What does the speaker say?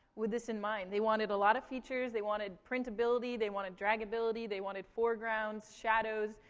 with this in mind. they wanted a lot of features. they wanted printability they wanted dragability. they wanted foregrounds, shadows.